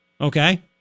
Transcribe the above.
Okay